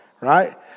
right